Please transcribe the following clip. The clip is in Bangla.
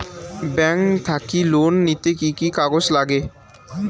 ব্যাংক থাকি লোন নিতে কি কি কাগজ নাগে?